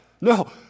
No